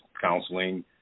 counseling